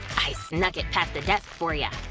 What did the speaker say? i snuck it past the desk for ya!